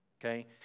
okay